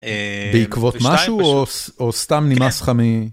בעקבות משהו או סתם נמאס לך מ